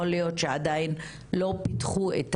יכול להיות שעדיין לא פיתחו את